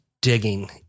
digging